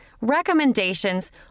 recommendations